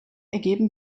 ergeben